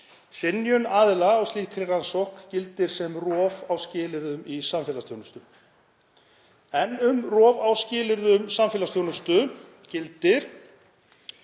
Synjun aðila á slíkri rannsókn gildir sem rof á skilyrðum í samfélagsþjónustu. Um rof á skilyrðum samfélagsþjónustu gildir